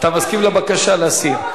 אתה מסכים לבקשה להסיר.